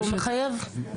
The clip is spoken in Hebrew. מחייבות.